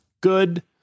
good